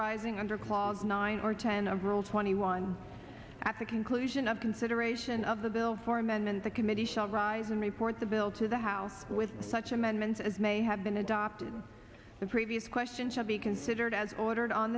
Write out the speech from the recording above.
arising under clause nine or ten of rules twenty one at the conclusion of consideration of the bill for amendment the committee shall rise and report the bill to the house with such amendments as may have been adopted the previous question shall be considered as ordered on